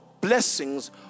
blessings